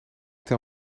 tel